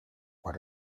what